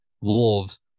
Wolves